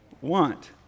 want